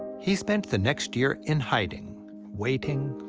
he spent the next year in hiding waiting,